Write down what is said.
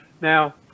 now